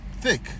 thick